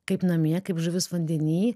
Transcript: kaip namie kaip žuvis vandeny